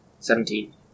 Seventeen